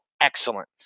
excellent